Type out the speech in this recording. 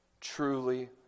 Truly